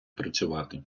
працювати